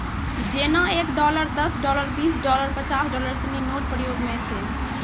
जेना एक डॉलर दस डॉलर बीस डॉलर पचास डॉलर सिनी नोट प्रयोग म छै